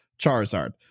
Charizard